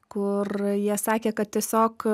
kur jie sakė kad tiesiog